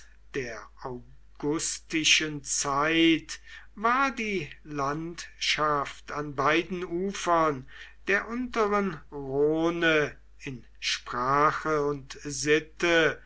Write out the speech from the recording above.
der augustischen zeit war die landschaft an beiden ufern der unteren rhone in sprache und sitte